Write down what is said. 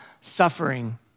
suffering